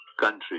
country